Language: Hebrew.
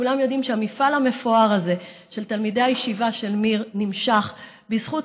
וכולם יודעים שהמפעל המפואר הזה של תלמידי הישיבה של מיר נמשך בזכות